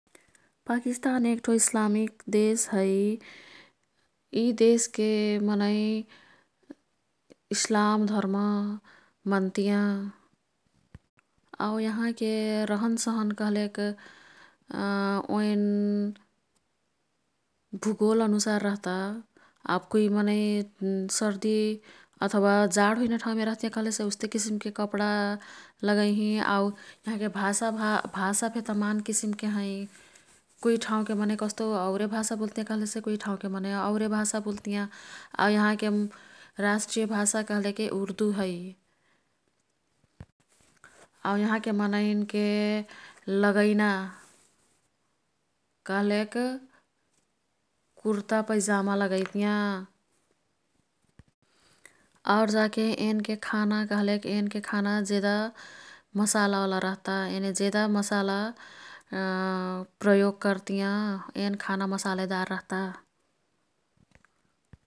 पाकिस्तान एक्ठो इस्लामिक देश है। यी देशके मनै इस्लाम धर्म मन्तियाँ। आउ यहाँ के रहनसहन कह्लेक ओईन् भूगोल अनुसार रह्ता। अब कुई मनै सर्दी अथवा जाड हुइना ठाउँमे रह्तियाँ, कह्लेसे उस्ते किसिमके कपडा लागैहीं। आउ यहाँके भाषाफे तमान किसिमके हैं। कुई ठाउँके मनै कस्तो, औरे भाषा बुल्तिया कह्लेसे कुई ठाउँके मनै औरे भाषा बुल्तिया। आउ यहाँ के राष्ट्रिय भाषा उर्दु है। आउ यहाँके मनैन् के लगैना कह्लेक कुर्ता पैजामा लागैतियाँ। आउर जाके एन् के खाना कह्लेक, एन् के खाना जेदा मसालावला रह्ता। येने जेदा मसाला प्रयोग कर्तियाँ। एन् खाना मसलेदार रह्ता।